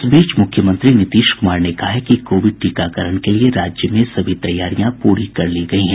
इस बीच मुख्यमंत्री नीतीश कुमार ने कहा कि कोविड टीकाकरण के लिए राज्य में सभी तैयारियां पूरी कर ली गई हैं